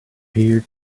peer